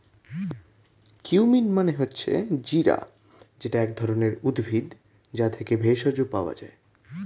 cumin মানে হচ্ছে জিরা যেটা এক ধরণের উদ্ভিদ, যা থেকে ভেষজ পাওয়া যায়